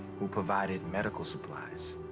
who provided medical supplies.